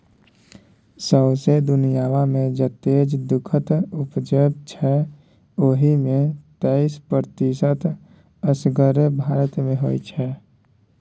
सौंसे दुनियाँमे जतेक दुधक उपजै छै ओहि मे तैइस प्रतिशत असगरे भारत मे होइ छै